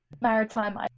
maritime